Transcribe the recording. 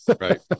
Right